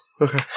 okay